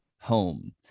Home